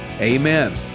Amen